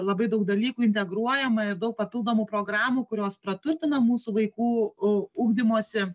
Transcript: labai daug dalykų integruojama ir daug papildomų programų kurios praturtina mūsų vaikų ugdymosi